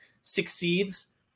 succeeds